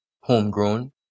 homegrown